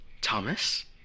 Thomas